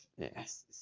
Yes